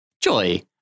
Joy